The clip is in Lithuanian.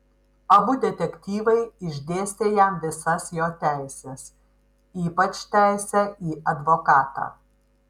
abu detektyvai išdėstė jam visas jo teises ypač teisę į advokatą